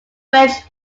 french